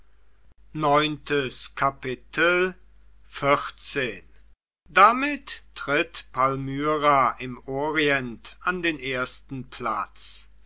töten damit tritt palmyra im orient an den ersten platz